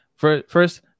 First